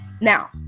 Now